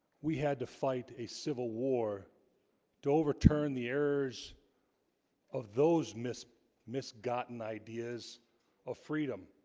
we had to fight a civil war to overturn the errors of those missmiss missmiss gotten ideas of freedom